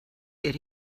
get